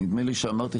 נדמה לי שאמרתי,